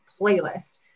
playlist